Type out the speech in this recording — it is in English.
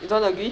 you don't agree